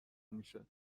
میشه